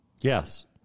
Yes